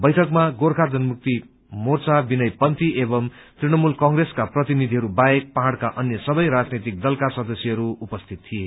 बैठकमा गोर्खा जनमुक्ति मोर्चा विनय पन्थी एवं तृणमूल कंग्रेसका प्रतिनिधिहरू बाहेक पहाड़का अन्य सबै राजनितिक दलका सदस्यहरू उपस्थित थिए